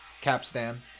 capstan